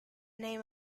name